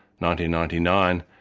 ninety ninety nine,